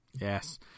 Yes